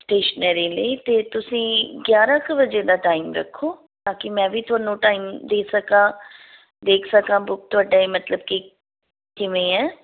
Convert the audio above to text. stationery ਲਈ ਤਾਂ ਤੁਸੀਂ ਗਿਆਰਾਂ ਕੁ ਵਜੇ ਦਾ ਟਾਈਮ ਰੱਖੋ ਤਾਂ ਕਿ ਮੈਂ ਵੀ ਤੁਹਾਨੂੰ ਟਾਈਮ ਦੇ ਸਕਾਂ ਦੇਖ ਸਕਾਂ ਬੁੱਕ ਤੁਹਾਡੇ ਮਤਲਬ ਕਿ ਕਿਵੇਂ ਹੈ